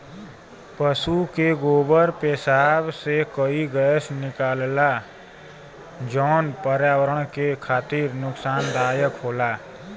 पसु के गोबर पेसाब से कई गैस निकलला जौन पर्यावरण के खातिर नुकसानदायक होला